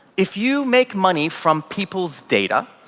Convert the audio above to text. if you make money from people's data,